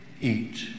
eat